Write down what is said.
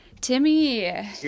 Timmy